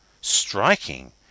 Striking